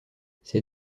ces